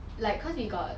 like cause we got